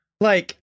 Like-